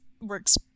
works